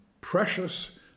precious